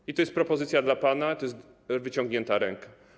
I to jest propozycja dla pana, to jest wyciągnięta ręka.